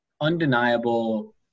undeniable